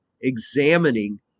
examining